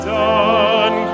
done